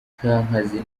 kankazi